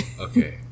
Okay